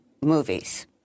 movies